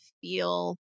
feel